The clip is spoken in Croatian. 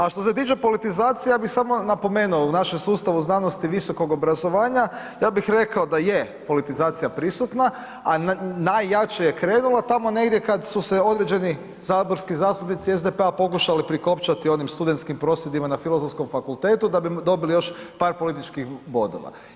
A što se tiče politizacije, ja bih samo napomenuo, u našem sustavu znanosti, visokog obrazovanja ja bih rekao da je politizacija prisutna, a najjače je krenula tamo negdje kada su se određeni saborski zastupnici SDP-a pokušali prikopčati onim studentskim prosvjedima na Filozofskom fakultetu da bi dobili još par političkih bodova.